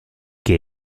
che